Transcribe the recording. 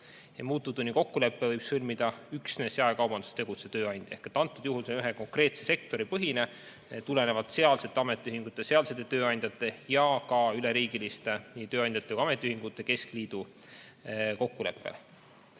Muutuvtunnikokkuleppe võib sõlmida üksnes jaekaubanduses tegutsev tööandja. Antud juhul on see ühe konkreetse sektori põhine, tulenevalt sealsete ametiühingute, sealsete tööandjate ning ka üleriigiliste tööandjate ja ametiühingute keskliidu kokkuleppest.